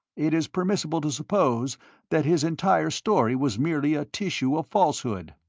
it is permissible to suppose that his entire story was merely a tissue of falsehood.